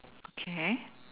okay